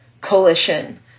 coalition